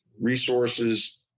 resources